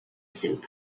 soup